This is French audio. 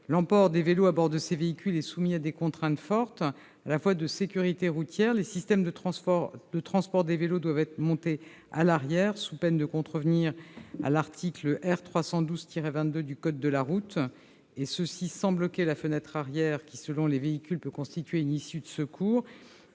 L'emport des vélos à bord de ces véhicules est soumis à des contraintes fortes, relevant à la fois de la sécurité routière- les systèmes de transport de vélos doivent être montés à l'arrière, sous peine de contrevenir à l'article R. 312-22 du code de la route, et cela sans bloquer la fenêtre arrière qui, selon les véhicules, peut constituer une issue de secours